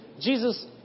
jesus